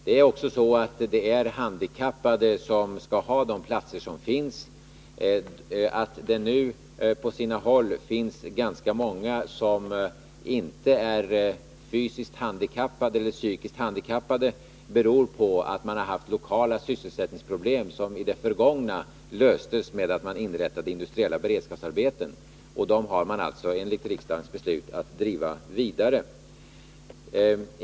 Det är handikappade som skall ha de platser som finns för skyddat arbete. Att det nu på sina håll är ganska många av de anställda som inte är fysiskt eller psykiskt handikappade beror på att man har haft lokala sysselsättningsproblem som i det förgångna löstes med att man inrättade industriella beredskapsarbeten. Dessa beredskapsarbeten skall enligt riksdagens beslut drivas vidare.